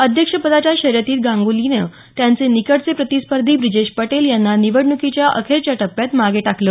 अध्यक्षपदाच्या शर्यतीत गांगुलीने त्याचे निकटचे प्रतिस्पर्धी ब्रिजेश पटेल यांना निवडणुकीच्या अखेरच्या टप्प्यात मागे टाकलं